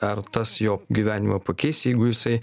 ar tas jo gyvenimą pakeis jeigu jisai